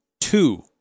two